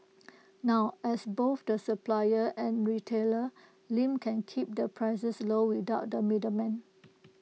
now as both the supplier and retailer Lim can keep the prices low without the middleman